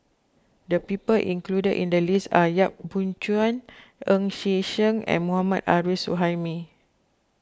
the people included in the list are Yap Boon Chuan Ng Yi Sheng and Mohammad Arif Suhaimi